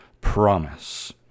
promise